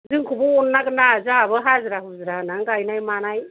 जोंकौबो अननांगोनना जोंहाबो हाजिरा मुजिरा होनानै गायनाय